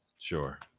sure